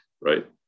right